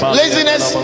laziness